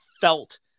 felt